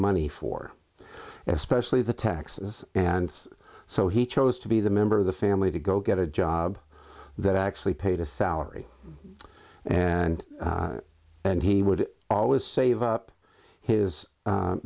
money for especially the taxes and so he chose to be the member of the family to go get a job that actually paid a salary and then he would always save up his